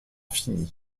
fini